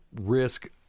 risk